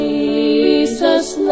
Jesus